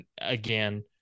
again